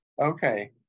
Okay